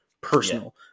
personal